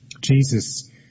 Jesus